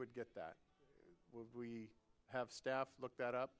would get that have staff look that up